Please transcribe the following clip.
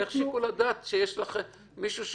איך שיקול דעת כשיש לך מישהו שחוקר?